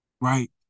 Right